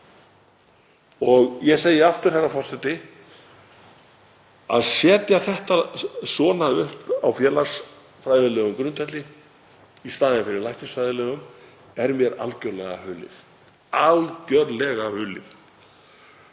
Ég segi aftur: Að setja þetta svona upp á félagsfræðilegum grundvelli í staðinn fyrir læknisfræðilegum er mér algjörlega hulið. Algjörlega hulið.